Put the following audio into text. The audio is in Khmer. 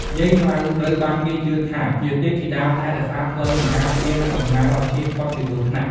យាយម៉ៅ ត្រូវបានគេជឿថាជា ទេពធីតាថែរក្សាផ្លូវ និងការពារអ្នកដំណើរឱ្យជៀសផុតពីគ្រោះថ្នាក់។